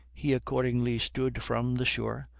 he accordingly stood from the shore,